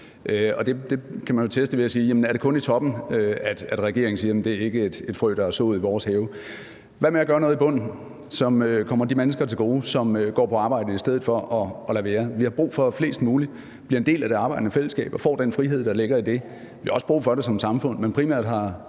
Det kan man jo teste ved at spørge, om det kun er i forhold til topskatten, regeringen siger det ikke er et frø, der er sået i deres have. Hvad med at gøre noget i bunden, som kommer de mennesker til gode, som går på arbejde i stedet for at lade være? Vi har brug for, at flest muligt bliver en del af det arbejdende fællesskab og får den frihed, der ligger i det. Vi har også brug for det som samfund, men primært har